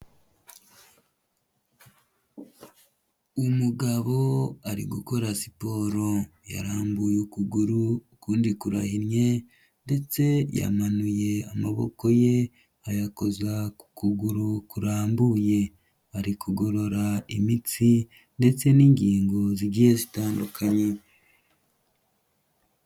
Umugabo ari gukora siporo, yarambuye ukuguru ukundi kurahinnye ndetse yamanuye amaboko ye ayakoza ku kuguru kurambuye, ari kugorora imitsi ndetse n'ingingo zigiye zitandukanye.